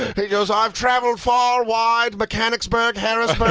he goes, i've traveled far, wide, mechanicsburg, harrisburg.